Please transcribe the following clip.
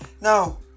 now